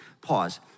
pause